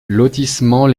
lotissement